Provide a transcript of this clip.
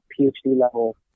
PhD-level